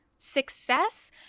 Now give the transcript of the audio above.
success